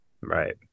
Right